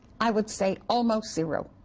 i would say almost zero.